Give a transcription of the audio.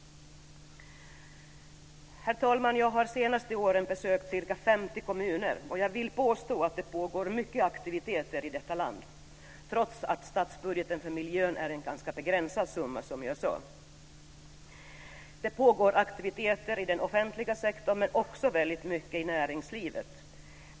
Herr talman! Jag har under de senaste åren besökt ca 50 kommuner, och jag vill påstå att det pågår många aktiviteter i vårt land inom ramen för statsbudgeten för miljön trots att den, som jag sade, omfattar en ganska begränsad summa. Det pågår aktiviteter inom den offentliga sektorn, men också väldigt mycket ute i näringslivet.